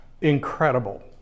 incredible